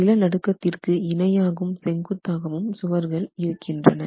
நிலநடுக்கத்திற்கு இணையாகும் செங்குத்தாகவும் சுவர்கள் இருக்கிறது